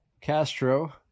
Castro